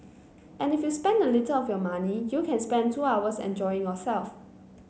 and if you spend a little of your money you can spend two hours enjoying yourself